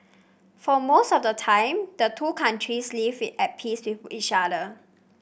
for most of the time the two countries lived at peace with each other